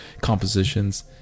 compositions